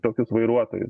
tokius vairuotojus